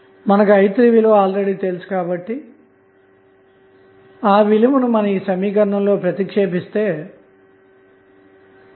మనకు i3 విలువ తెలుసు కాబట్టి ఆ విలువను ఈ సమీకరణం లో ప్రతిక్షేపిస్తే i4 0